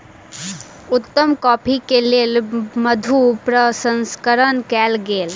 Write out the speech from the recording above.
उत्तम कॉफ़ी के लेल मधु प्रसंस्करण कयल गेल